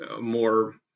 more